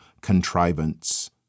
contrivance